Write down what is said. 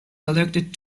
elected